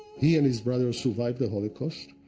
he and his brother survived the holocaust.